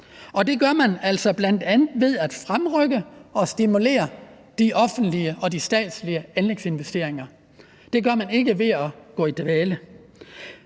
det gør man altså bl.a. ved at fremrykke og stimulere de offentlige og de statslige anlægsinvesteringer. Det gør man ikke ved at gå i dvale.